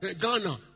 Ghana